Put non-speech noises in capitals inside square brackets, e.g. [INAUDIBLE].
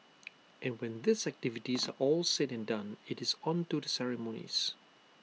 and when these [NOISE] activities all said and done IT is on to the ceremonies